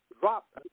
dropped